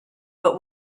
but